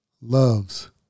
loves